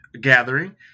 gathering